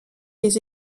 les